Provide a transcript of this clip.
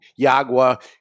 Yagua